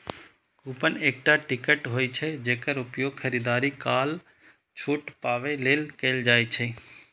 coupon एकटा ticket होइ छै, जेकर उपयोग खरीदारी काल छूट पाबै लेल कैल जाइ छै